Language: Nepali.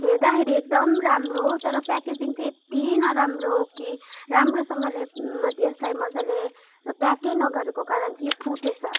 हेर्दाखेरि एकदम राम्रो तर प्याकेजिङ चाहिँ यति नराम्रो कि राम्रोसँगले यसलाई मजाले प्याकै नगरेको कारण चाहिँ यो फुटेछ